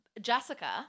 Jessica